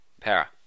Para